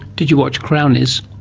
did you watch crownies?